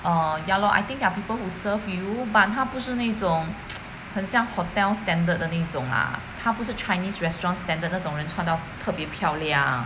orh ya lor I think there are people who serve you but 它不是那种 很像 hotel standard 的那种啦他不是 chinese restaurant standard 那种人穿到特别漂亮